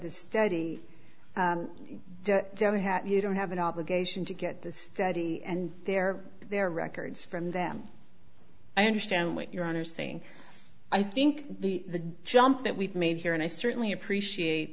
the study you don't have an obligation to get the study and their their records from them i understand what you're on are saying i think the jump that we've made here and i certainly appreciate